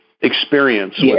experience